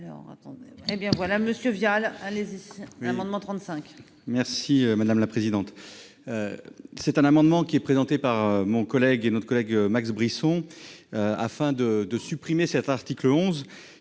hé bien voilà Monsieur Vial, allez. L'amendement. Merci madame la présidente. C'est un amendement qui est présenté par mon collègue et notre collègue Max Brisson. Afin de de supprimer cet article 11